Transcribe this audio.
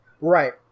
Right